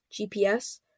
GPS